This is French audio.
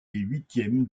huitièmes